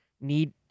need